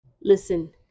Listen